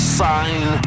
sign